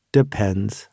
depends